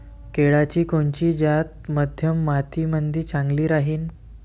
केळाची कोनची जात मध्यम मातीमंदी चांगली राहिन?